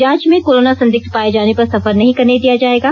जांच में कोरोना संदिग्ध पाये जाने पर सफर करने नहीं दिया जाएगा